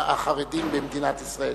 החרדים במדינת ישראל,